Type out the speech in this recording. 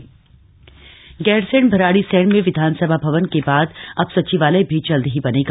गैरसैंण सचिवालय गैरसैंण भराड़ीसैंण में विधानसभा भवन के बाद अब सचिवालय भी जल्द ही बनेगा